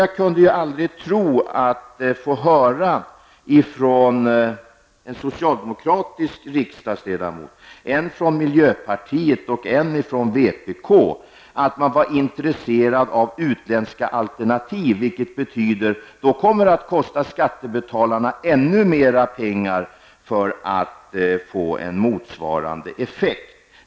Jag kunde aldrig tro att jag av en ledamot från socialdemokraterna, en från miljöpartiet och en från vänsterpartiet skulle få höra att man är intresserad av utländska alternativ. Det skulle kosta skattebetalarna ännu mer pengar för att få motsvarande effekt.